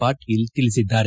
ಪಾಟೀಲ್ ತಿಳಿಸಿದ್ದಾರೆ